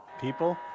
People